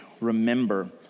remember